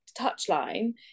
touchline